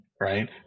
right